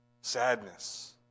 Sadness